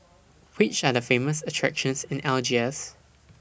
Which Are The Famous attractions in Algiers